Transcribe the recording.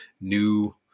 new